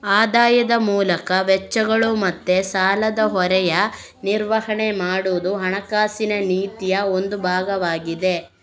ಆದಾಯದ ಮೂಲಕ ವೆಚ್ಚಗಳು ಮತ್ತೆ ಸಾಲದ ಹೊರೆಯ ನಿರ್ವಹಣೆ ಮಾಡುದು ಹಣಕಾಸಿನ ನೀತಿಯ ಒಂದು ಭಾಗವಾಗಿದೆ